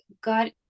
got